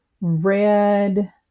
red